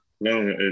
No